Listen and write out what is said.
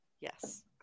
Yes